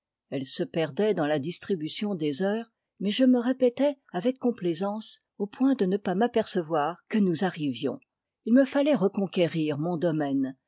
elle se perdait dans la distribution des heures mais je me répétais avec complaisance au point de ne pas m'apercevoir que nous arrivions il me fallait reconquérir mon domaine